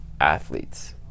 athletes